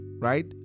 Right